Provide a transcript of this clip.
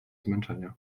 zmęczenia